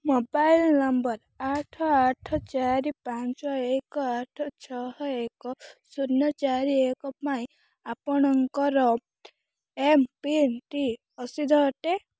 mobile number ଆଠ ଆଠ ଚାରି ପାଞ୍ଚ ଏକ ଆଠ ଛଅ ଏକ ଶୂନ ଚାରି ଏକ ପାଇଁ ଆପଣଙ୍କର ଏମ୍ପିନଟି ଅସିଦ୍ଧ ଅଟେ